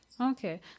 Okay